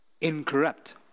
incorrupt